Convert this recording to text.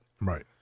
Right